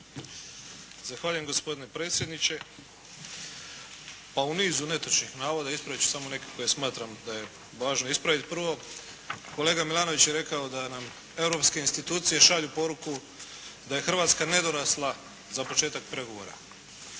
Zahvaljujem gospodine predsjedniče. Pa u nizu netočnih navoda ispravit ću samo neke koje smatram da je važno ispraviti. Prvo kolega Milanović je rekao da nam europske institucije šalju poruku da je Hrvatska nedorasla za početak pregovora.